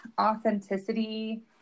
authenticity